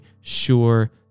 sure